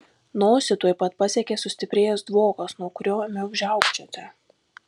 nosį tuoj pat pasiekė sustiprėjęs dvokas nuo kurio ėmiau žiaukčioti